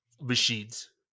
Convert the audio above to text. machines